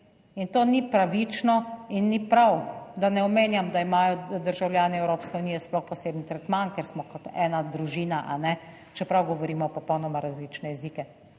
In to ni pravično in ni prav. Da ne omenjam, da imajo državljani Evropske unije sploh poseben tretma, ker smo kot ena družina, kajne, čeprav govorimo popolnoma različne jezike,